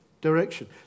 direction